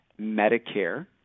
Medicare